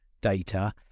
data